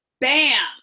bam